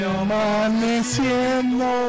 amaneciendo